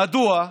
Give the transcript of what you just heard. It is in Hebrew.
מדוע?